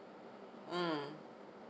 mm